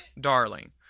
darling